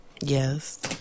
Yes